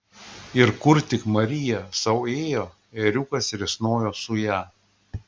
ir kur tik marija sau ėjo ėriukas risnojo su ja